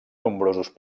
nombrosos